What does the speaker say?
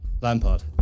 Lampard